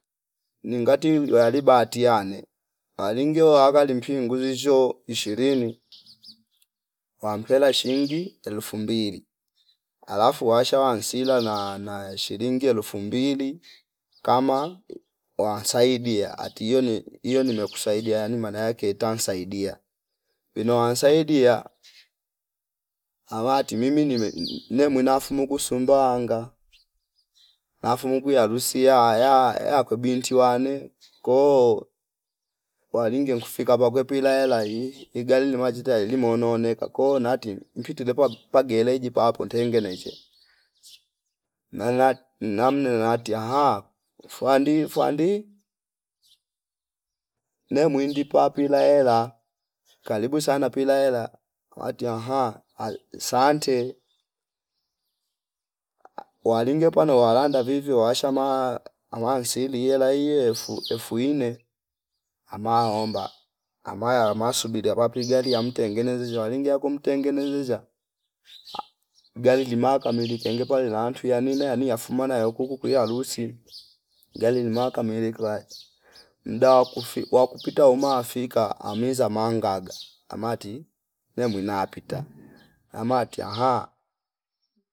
Ningati niwaliba atiane alinge waka limshi nguzisho ishirini wampela shingi elfu mbili alafu washa wansila naya- naya shilingi elfu mbili kama wasaidia atiyo ni iyo nimekusaidia yani maanake itansaidia wino wansaidia amati mimi nime ne mwinamo fumu kusondowanga afungwi harusi ya- ya- yakwe binti wane koo walinge nkufika pakwe pila ela ili ijale lima ticha ili mono nooneka ko nati mpitile pwa pa geleji papo ntengeneze naina namne mati ahha fwandi fwandi ne mwindi papila ela kalibu sana pila ela nkwati aha asante walinge pano walanda vivyo washama awansili yela iye efu efu inne ama omba amaya ama subila wapi gali yamtengeneze zwali jaku mtengteze zeziya gali limaka ameli tengepa lilantu twi yanine ani afuma nayo kukwe kwi harusi gali limaka mwilike wa mdaa wa kufi wa kupita uma fika amiza mangaga amati ne mwina pita amati aha